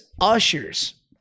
ushers